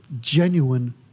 genuine